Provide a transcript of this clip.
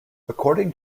according